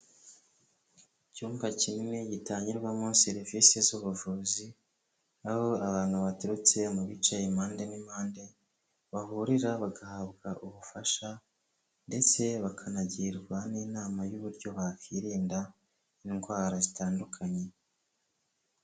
Icyumba kinini gitangirwamo serivisi z'ubuvuzi, aho abantu baturutse mu bice impande n'impande, bahurira bagahabwa ubufasha ndetse bakanagirwa n'inama y'uburyo bakirinda indwara zitandukanye.